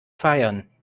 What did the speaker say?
feiern